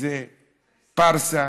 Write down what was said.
זה פארסה,